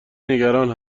نگران